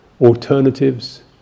alternatives